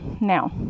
Now